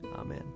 Amen